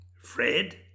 Fred